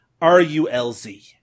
R-U-L-Z